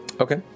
Okay